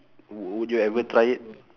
would you ever try it